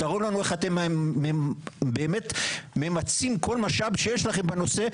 תראו לנו איך אתם באם ממצים כל משאב שיש לכם בנושא,